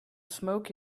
smoke